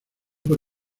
por